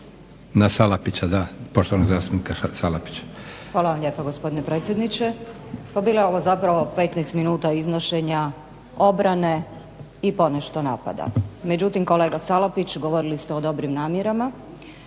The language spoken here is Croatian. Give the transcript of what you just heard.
Na Salapića, da, poštovanog zastupnika Salapića.